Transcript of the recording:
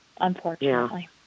unfortunately